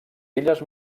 illes